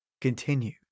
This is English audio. continued